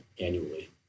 annually